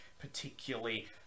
particularly